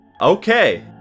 Okay